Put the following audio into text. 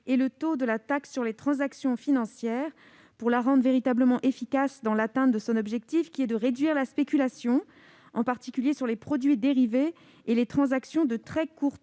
et le taux de la taxe sur les transactions financières (TTF) pour la rendre véritablement efficace dans l'atteinte de son objectif : réduire la spéculation, en particulier sur les produits dérivés et les transactions de très court terme,